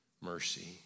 mercy